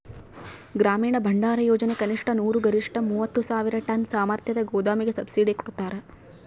ಗ್ರಾಮೀಣ ಭಂಡಾರಯೋಜನೆ ಕನಿಷ್ಠ ನೂರು ಗರಿಷ್ಠ ಮೂವತ್ತು ಸಾವಿರ ಟನ್ ಸಾಮರ್ಥ್ಯದ ಗೋದಾಮಿಗೆ ಸಬ್ಸಿಡಿ ಕೊಡ್ತಾರ